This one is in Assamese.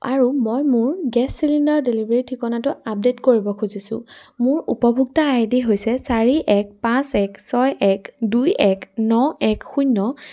আৰু মই মোৰ গেছ চিলিণ্ডাৰৰ ডেলিভাৰী ঠিকনাটো আপডেট কৰিব খুজিছোঁ মোৰ উপভোক্তা আই ডি হৈছে চাৰি এক পাঁচ এক ছয় এক দুই এক ন এক শূন্য